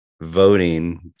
voting